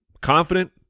confident